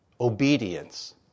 Obedience